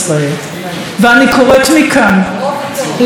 ואני קוראת מכאן לכל מנהיג,